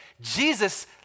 Jesus